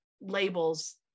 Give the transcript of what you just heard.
labels